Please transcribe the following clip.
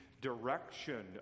direction